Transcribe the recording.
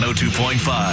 102.5